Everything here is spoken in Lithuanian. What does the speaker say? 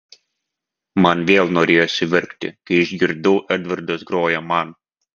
man vėl norėjosi verkti kai išgirdau edvardas groja man